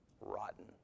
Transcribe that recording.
rotten